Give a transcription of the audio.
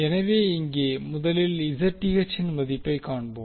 எனவே இங்கே முதலில் இன் மதிப்பைக் காண்போம்